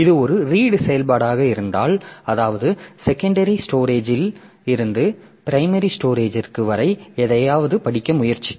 இது ஒரு ரீடு செயல்பாடாக இருந்தால் அதாவது செகண்டரி ஸ்டோரேஜிருந்து பிரைமரி ஸ்டோரேஜிற்கு வரை எதையாவது படிக்க முயற்சிக்கும்